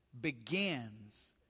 begins